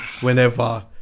whenever